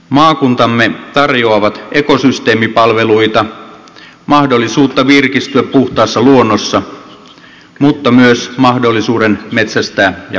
maakuntamme tarjoavat ekosysteemipalveluita mahdollisuutta virkistyä puhtaassa luonnossa mutta myös mahdollisuuden metsästää ja kalastaa